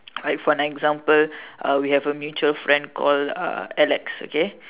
like for an example uh we have a mutual friend called uh Alex okay